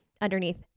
underneath